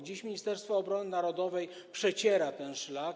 Dziś Ministerstwo Obrony Narodowej przeciera ten szlak.